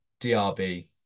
DRB